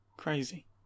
crazy